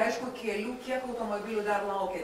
aišku kelių kiek automobilių dar laukia